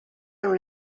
amb